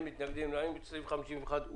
אין מתנגדים, אין נמנעים, סעיף 51 אושר.